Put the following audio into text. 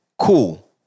Cool